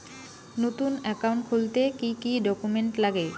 নতুন একাউন্ট খুলতে কি কি ডকুমেন্ট লাগে?